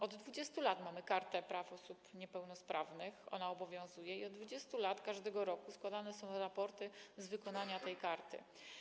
Od 20 lat mamy Kartę Praw Osób Niepełnosprawnych, ona obowiązuje, i od 20 lat każdego roku składane są raporty z wykonania tej karty.